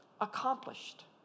accomplished